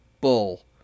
bull